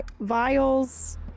vials